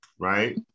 Right